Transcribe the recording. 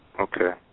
Okay